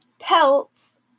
pelts